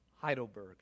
Heidelberg